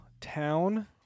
town